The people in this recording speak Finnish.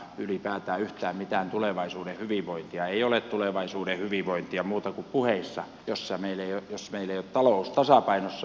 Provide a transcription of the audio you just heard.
ylipäätään yhtään mitään tulevaisuuden hyvinvointia ei ole muuten kuin puheissa jos meillä ei ole talous tasapainossa